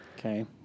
Okay